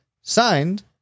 signed